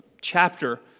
chapter